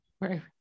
Right